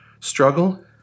struggle